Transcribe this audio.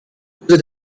wurde